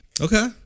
okay